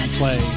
play